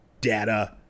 data